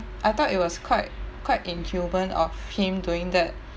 I thought it was quite quite inhuman of him doing that